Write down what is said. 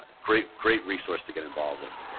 ah great great resource to get involved with.